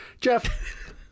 Jeff